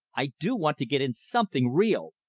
i do want to get in something real!